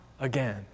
again